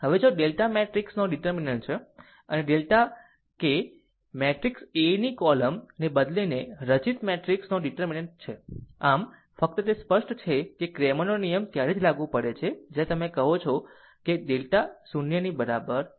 હવે જો delta matrix નો ડીટેર્મિનન્ટ છે અને ડેલ્ટા કે મેટ્રિક્સ A ની B કોલમ ને બદલીને રચિત મેટ્રિક્સ નો ડીટેર્મિનન્ટ છે આમ ફક્ત તે સ્પષ્ટ છે કે ક્રેમર નો નિયમ ત્યારે જ લાગુ પડે છે જ્યારે તમે તે કહો કરો તે ડેલ્ટા 0 ની બરાબર નથી